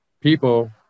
people